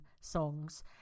songs